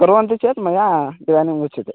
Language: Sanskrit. कुर्वन्ति चेत् मया इदानीम् उच्यते